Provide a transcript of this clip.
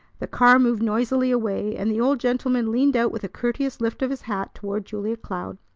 the car moved noisily away, and the old gentleman leaned out with a courteous lift of his hat toward julia cloud.